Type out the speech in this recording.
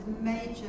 major